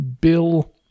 Bill